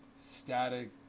Static